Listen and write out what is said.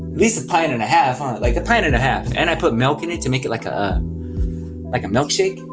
least a pint and a half, huh. like a pint and a half and i put milk in it to make it like a like a milkshake.